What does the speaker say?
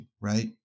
Right